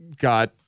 got